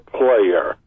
player